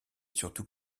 surtout